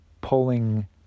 pulling